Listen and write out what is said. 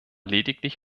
lediglich